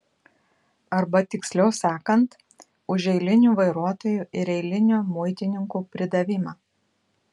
arba tiksliau sakant už eilinių vairuotojų ir eilinių muitininkų pridavimą